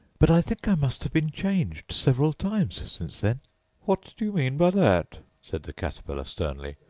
but i think i must have been changed several times since then what do you mean by that said the caterpillar sternly.